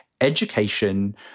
education